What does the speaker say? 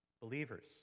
believers